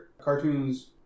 cartoons